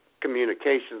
communications